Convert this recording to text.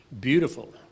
beautiful